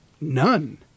none